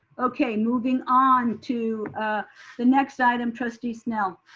okay, moving on to the next item, trustee snell.